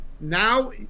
now